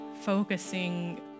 focusing